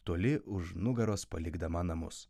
toli už nugaros palikdama namus